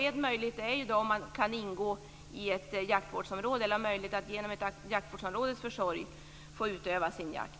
En möjlighet är om man kan ingå i ett jaktvårdsområde eller ha möjlighet att genom ett jaktvårdsområdes försorg få utöva sin jakt.